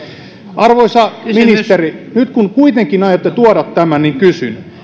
arvoisa ministeri nyt kun kuitenkin aiotte tuoda tämän niin kysyn